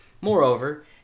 Moreover